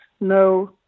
no